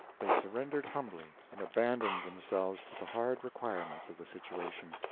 they surrendered humbly, and abandoned themselves to the hard requirements of the situation.